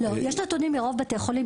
יש נתונים ממרבית בתי החולים.